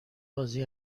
بازی